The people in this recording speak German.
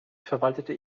verwaltete